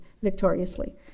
Victoriously